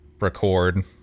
record